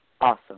Awesome